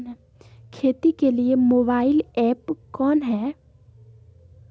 खेती के लिए मोबाइल ऐप कौन है?